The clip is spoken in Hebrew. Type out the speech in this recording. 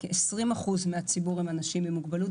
כ-20% מן הציבור הם אנשים עם מוגבלות.